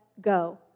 go